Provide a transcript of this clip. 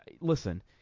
listen